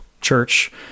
Church